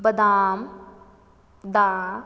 ਬਦਾਮ ਦਾ